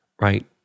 right